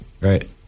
right